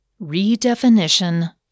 Redefinition